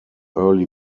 early